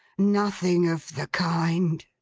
nothing of the kind.